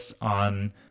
on